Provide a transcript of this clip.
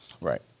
Right